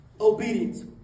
Obedience